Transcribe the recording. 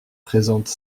présente